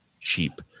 cheap